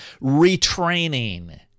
retraining